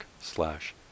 slash